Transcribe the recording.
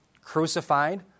crucified